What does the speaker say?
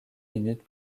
minutes